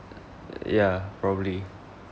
ya probably